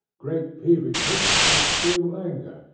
great peevishness, and extreme languor,